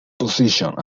position